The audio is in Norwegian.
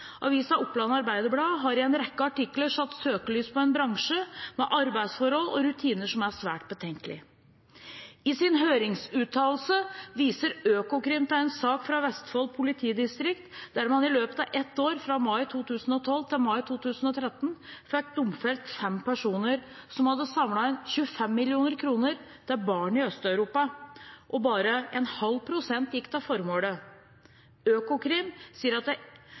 Oppland Arbeiderblad har i en rekke artikler satt søkelyset på en bransje med arbeidsforhold og rutiner som er svært betenkelig. I sin høringsuttalelse viser Økokrim til en sak fra Vestfold politidistrikt, der man i løpet av et år – fra mai 2012 til mai 2013 – fikk domfelt fem personer som hadde samlet inn 25 mill. kr til barn i Øst-Europa, og bare 0,5 pst. gikk til formålet. Økokrim sier at det